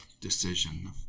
decision